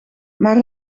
maar